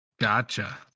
Gotcha